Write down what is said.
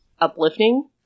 uplifting